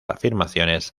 afirmaciones